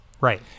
right